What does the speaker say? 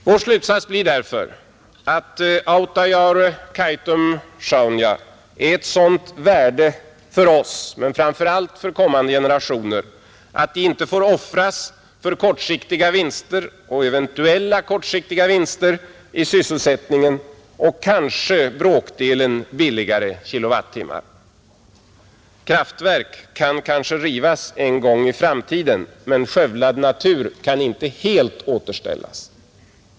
Vår slutsats blir därför att Autajaure, Kaitum och Sjaunja är av sådant värde för oss, men framför allt för kommande generationer, att det inte får offras för eventuella kortsiktiga vinster i sysselsättningen och kanske bråkdelen billigare kilowattimmar. Kraftverk kan kanske rivas en gång i framtiden, men skövlad natur kan inte helt återställas.